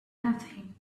nothing